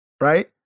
Right